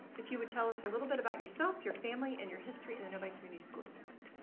if you would tell us a little bit about yourself, your family and your history in the novi community school district.